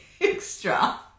extra